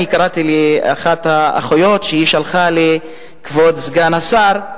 קראתי שאחת האחיות כתבה לכבוד סגן השר: